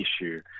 issue